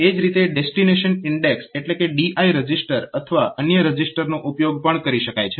એ જ રીતે destination index એટલે કે DI રજીસ્ટર જેવા અન્ય રજીસ્ટરનો ઉપયોગ પણ કરી શકાય છે